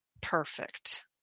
Perfect